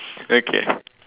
okay